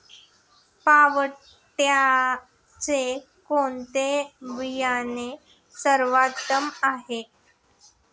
पावट्याचे कोणते बियाणे सर्वोत्तम आहे?